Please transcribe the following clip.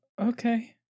Okay